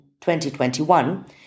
2021